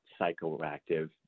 psychoactive